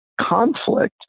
conflict